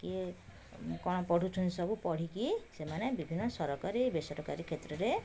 କିଏ କ'ଣ ପଢ଼ୁଛନ୍ତି ସବୁ ପଢ଼ିକି ସେମାନେ ବିଭିନ୍ନ ସରକାରୀ ଓ ବେସରକାରୀ କ୍ଷେତ୍ରରେ